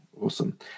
Awesome